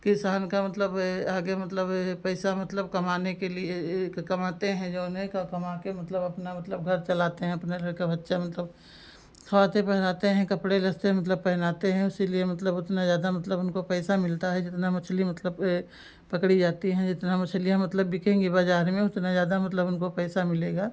किसान का मतलब ए आगे मतलब ए पैसा मतलब कमाने के लिए कमाते हैं जऊन है कमाकर मतलब अपना मतलब घर चलाते हैं अपने लड़का बच्चा मतलब खवाते पहिराते हैं कपड़े लत्ते मतलब पहनाते हैं उसीलिए मतलब उतना ज़्यादा मतलब उनको पैसा मिलता है जितना मछली मतलब ए पकड़ी जाती हैं जितना मछलियाँ मतलब बिकेंगी बाज़ार में उतना ज़्यादा मतलब उनको पैसा मिलेगा